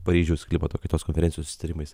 paryžiaus klimato kaitos konferencijos susitarimais